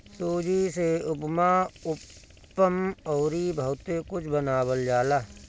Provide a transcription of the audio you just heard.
सूजी से उपमा, उत्तपम अउरी बहुते कुछ बनावल जाला